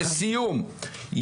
לסיום,